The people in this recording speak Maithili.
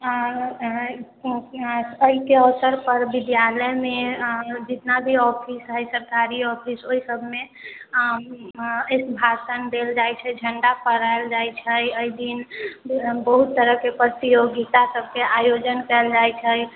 एहिके अवसर पर विद्यालयमे जितना भी ऑफिस है सरकारी ऑफिस ओहिसबमे आ एक भाषण देल जाइ छै झण्डा फहरायल जाइ छै एहिदिन बहुत तरह के प्रतियोगिता सबके आयोजन कयल जाइ छै